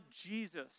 Jesus